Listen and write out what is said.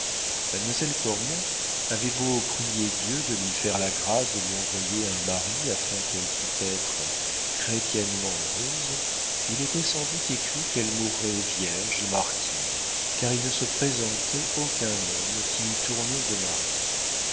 mademoiselle cormon avait beau prier dieu de lui faire la grâce de lui envoyer un mari afin qu'elle pût être chrétiennement heureuse il était sans doute écrit qu'elle mourrait vierge et martyre car il ne se présentait aucun homme qui eût tournure de mari